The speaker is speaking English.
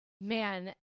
Man